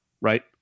right